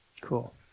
Cool